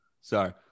Sorry